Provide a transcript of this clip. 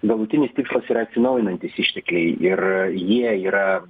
galutinis tikslas yra atsinaujinantys ištekliai ir jie yra